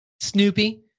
Snoopy